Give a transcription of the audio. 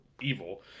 evil